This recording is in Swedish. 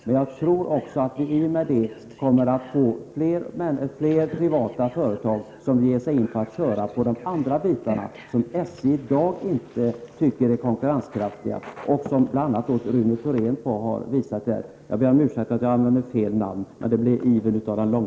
Men jag tror också att under sådana förhållanden privata företag kommer att ta över trafiken på sådana sträckor som SJ inte tycker är konkurrenskraftiga. Detta har bl.a. Rune Thorén visat här.